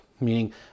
Meaning